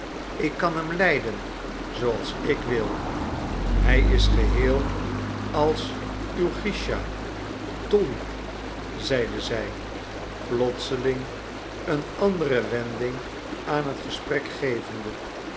ik kan hem leiden zooals ik wil hij is geheel als uw grischa dolly zeide zij plotseling een andere wending aan het gesprek gevende